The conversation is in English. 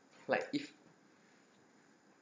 like if